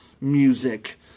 music